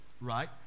right